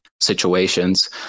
situations